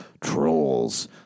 trolls